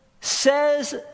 says